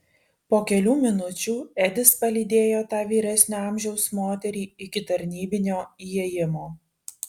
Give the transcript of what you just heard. po kelių minučių edis palydėjo tą vyresnio amžiaus moterį iki tarnybinio įėjimo